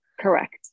Correct